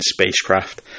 spacecraft